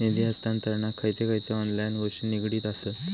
निधी हस्तांतरणाक खयचे खयचे ऑनलाइन गोष्टी निगडीत आसत?